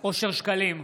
אושר שקלים,